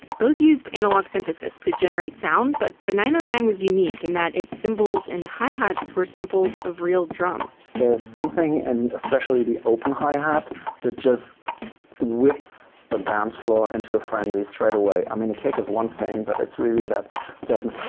both used analog synthesis to generate sound, but the nine hundred and nine was unique in that its cymbals and hi-hats were samples of real drums. there's something and especially the open hi hat that just whips a dance floor into a frenzy straight away. i mean the kick is one thing, but it's really that certain